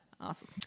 Awesome